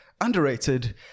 underrated